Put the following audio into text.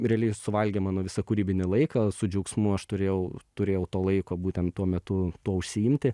realiai suvalgė mano visą kūrybinį laiką su džiaugsmu aš turėjau turėjau to laiko būtent tuo metu tuo užsiimti